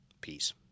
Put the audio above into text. Peace